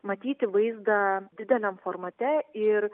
matyti vaizdą dideliam formate ir